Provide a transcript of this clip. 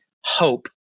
hope